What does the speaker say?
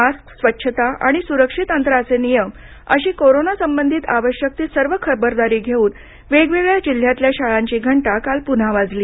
mask स्वच्छता आणि सुरक्षित अंतराचे नियम अशी कोरोना संबंधी आवश्यक ती सर्व खबरदारी घेऊन वेगवेगळ्या जिल्ह्यातल्या शाळांची घंटा काल पुन्हा वाजली